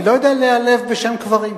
אני לא יודע להיעלב בשם קברים.